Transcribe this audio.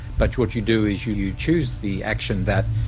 but what you do is you choose the action that,